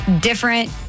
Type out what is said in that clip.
different